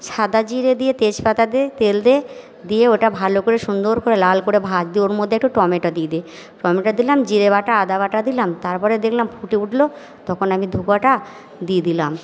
সাদা জিরে দিয়ে তেজপাতা দে তেল দে দিয়ে ওটা ভালো করে সুন্দর করে লাল করে ভাজ দিয়ে ওর মধ্যে একটু টমেটো দিয়ে দে টমেটো দিলাম জিরে বাটা আদা বাটা দিলাম তারপরে দেখলাম ফুটে উঠলো তখন আমি ধোঁকাটা দিয়ে দিলাম